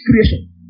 creation